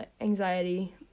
anxiety